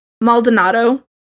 Maldonado